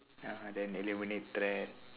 ya then eliminate threats